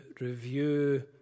review